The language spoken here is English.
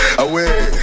Away